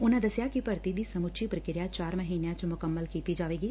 ਉਨਾਂ ਦਸਿਆ ਕਿ ਭਰਤੀ ਦੀ ਸਮੁੱਚੀ ਪ੍ਰਕਿਰਿਆ ਚਾਰ ਮਹੀਨਿਆਂ ਚ ਮੁਕੰਮਲ ਕੀਤੀ ਜਾਵੇਗੀ